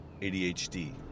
ADHD